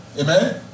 Amen